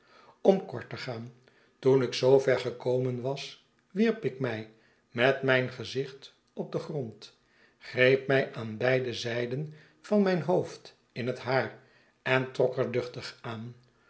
om kort te gaan toen ik zoover gekomen was wierp ik mij met mijn gezicht op den grond greep mij aan beide zijden van mijn uoofd in het haar en trok er duchtig aan